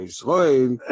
Israel